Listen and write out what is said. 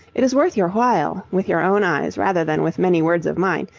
it is worth your while, with your own eyes rather than with many words of mine,